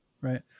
Right